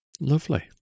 Lovely